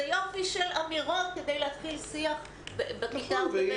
זה יופי של אמירות כדי להתחיל שיח בכיתה ובבית הספר.